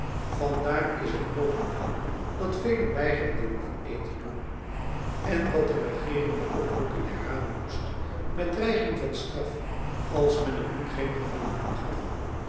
vandaar is het mogelijk wel dat velen weigerden dien eed te doen en dat de regeering de oproeping herhalen moest met bedreiging van straf als men er nu nog geen gevolg aan gaf